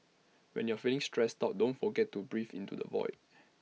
when you are feeling stressed out don't forget to breathe into the void